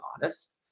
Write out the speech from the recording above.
honest